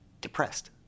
depressed